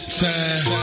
time